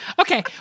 Okay